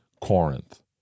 corinth